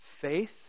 Faith